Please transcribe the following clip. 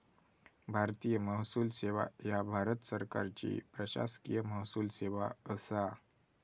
भारतीय महसूल सेवा ह्या भारत सरकारची प्रशासकीय महसूल सेवा असा